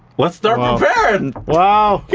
let's start preparing. and ah